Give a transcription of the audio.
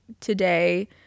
today